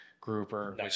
grouper